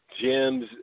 Jim's